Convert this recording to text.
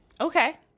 Okay